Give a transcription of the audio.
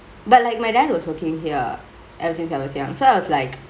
but like my dad was workingk here ever since I was youngk so I was like